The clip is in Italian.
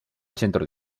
centro